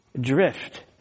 drift